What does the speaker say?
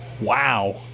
Wow